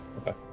okay